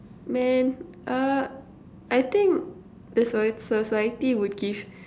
man uh I think that's why society would give